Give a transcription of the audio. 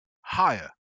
Higher